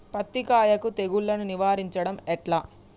పత్తి కాయకు తెగుళ్లను నివారించడం ఎట్లా?